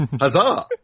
Huzzah